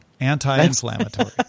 Anti-inflammatory